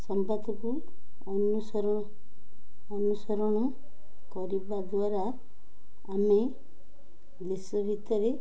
ସମ୍ବାଦକୁ ଅନୁସର ଅନୁସରଣ କରିବା ଦ୍ୱାରା ଆମେ ଦେଶ ଭିତରେ